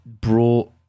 brought